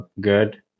good